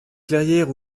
clairière